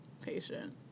patient